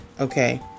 okay